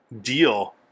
deal